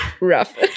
Rough